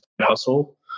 hustle